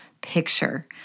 picture